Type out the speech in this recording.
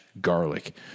garlic